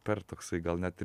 per toksai gal net